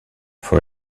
for